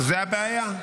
זו הבעיה.